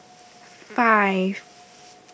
five